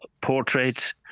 Portraits